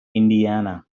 indiana